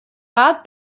rat